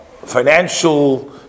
financial